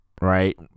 right